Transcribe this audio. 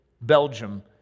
Belgium